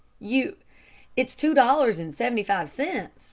you it's two dollars and seventy-five cents